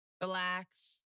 relax